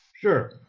Sure